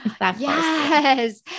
Yes